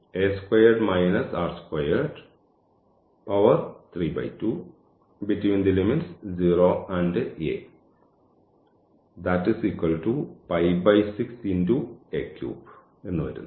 അങ്ങനെ എന്ന് ലഭിക്കുന്നു